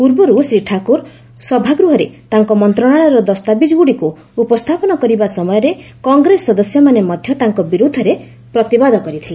ପୂର୍ବରୁ ଶ୍ରୀ ଠାକୁର ସଭାଗୃହରେ ତାଙ୍କ ମନ୍ତ୍ରଣାଳୟର ଦସ୍ତାବିଜ୍ ଗ୍ରଡ଼ିକ୍ ଉପସ୍ଥାପନ କରିବା ସମୟରେ କଂଗ୍ରେସ ସଦସ୍ୟମାନେ ମଧ୍ୟ ତାଙ୍କ ବିର୍ବଦ୍ଧରେ ପ୍ରତିବାଦ କରିଥିଲେ